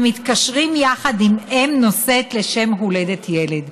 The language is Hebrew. המתקשרים יחד עם אם נושאת לשם הולדת ילד.